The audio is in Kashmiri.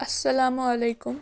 اَسَلام وعلیکُم